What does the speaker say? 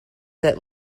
that